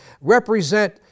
represent